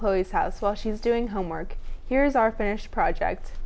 chloe's house while she's doing homework here's our finished project